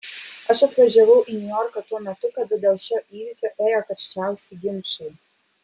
aš atvažiavau į niujorką tuo metu kada dėl šio įvykio ėjo karščiausi ginčai